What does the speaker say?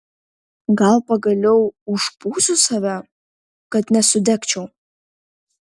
gal pagaliau užpūsiu save kad nesudegčiau